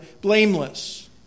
blameless